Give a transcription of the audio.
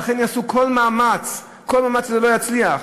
ולכן יעשו כל מאמץ שזה לא יצליח.